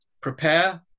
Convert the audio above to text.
prepare